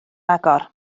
agor